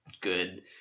good